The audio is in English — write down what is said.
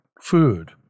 food